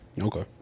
Okay